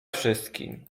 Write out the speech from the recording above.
wszystkim